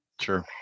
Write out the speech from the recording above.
Sure